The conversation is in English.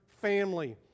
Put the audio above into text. family